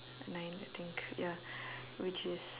nine I think ya which is